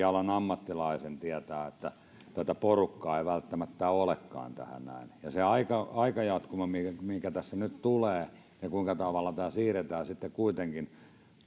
alan ammattilaisten tietää että tätä porukkaa ei välttämättä olekaan tähän näin ja se aikajatkumo mikä tässä nyt tulee ja kuinka tavallaan tämä siirretään sitten kuitenkin